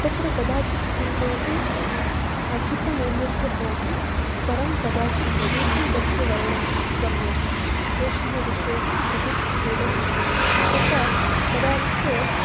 तत्र कदाचित् किं भवति अधिकमौल्यस्य भवति परं कदाचित् शीघ्रं तस्य वर्णः गम्यते एषः विषयः बहु खेदं जनयति तथा कदाचित्